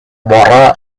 бара